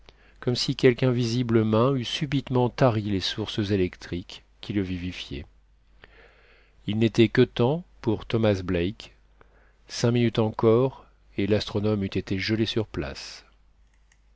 comme si quelque invisible main eût subitement tari les sources électriques qui le vivifiaient il n'était que temps pour thomas black cinq minutes encore et l'astronome eût été gelé sur place